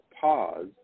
Pause